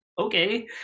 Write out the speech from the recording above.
okay